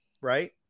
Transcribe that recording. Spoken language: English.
right